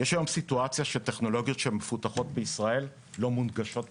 יש היום סיטואציה שטכנולוגיות שמפותחות בישראל לא מונגשות בישראל.